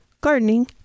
Gardening